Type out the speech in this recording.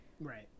Right